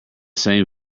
same